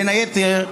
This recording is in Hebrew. בין היתר,